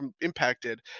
impacted